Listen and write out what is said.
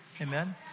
Amen